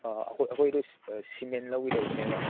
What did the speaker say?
ꯑꯩꯈꯣꯏ ꯑꯩꯈꯣꯏꯗꯨ ꯁꯤꯃꯦꯟ ꯂꯧꯒꯗꯧꯕꯅꯦꯕ